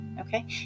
Okay